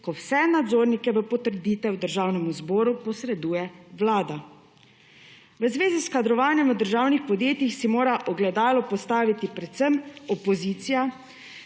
ko vse nadzornike v potrditev Državnemu zboru posreduje Vlada. V zvezi s kadrovanjem v državnih podjetjih si mora ogledalo postaviti predvsem opozicija,